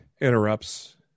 interrupts